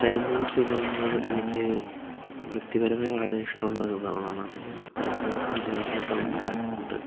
Chinese വിഭവങ്ങൾ എനിക്ക് വ്യക്തിപരമായി വളരെ ഇഷ്ടമുള്ള വിഭവങ്ങളാണ് അപ്പോൾ ഞാൻ പല സമയത്തും അങ്ങനത്തെ വിഭവങ്ങൾ ഉണ്ടാക്കിയിട്ടുണ്ട്